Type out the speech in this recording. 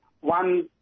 One